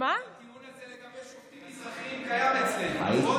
הטיעון הזה לגבי שופטים מזרחים קיים אצלנו.